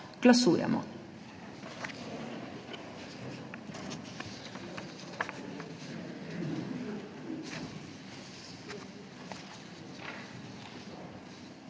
Glasujemo.